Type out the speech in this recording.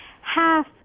half